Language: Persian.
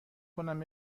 کنم